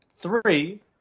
three